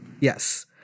Yes